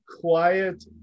quiet